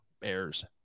bears